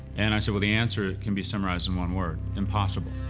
and i say, well, the answer can be summarized in one word impossible.